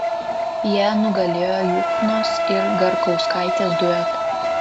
jie nugalėjo juchnos ir garkauskaitės duetą